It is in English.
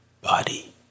body